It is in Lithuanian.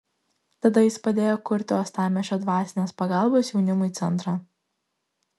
tada jis padėjo kurti uostamiesčio dvasinės pagalbos jaunimui centrą